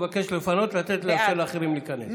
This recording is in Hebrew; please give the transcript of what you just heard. אבקש לפנות ולאפשר לאחרים להיכנס.